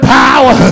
power